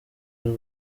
y’u